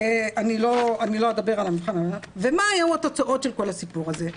מה היו התוצאות של כל הסיפור הזה?